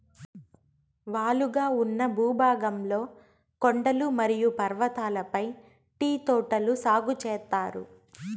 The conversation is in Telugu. వాలుగా ఉన్న భూభాగంలో కొండలు మరియు పర్వతాలపై టీ తోటలు సాగు చేత్తారు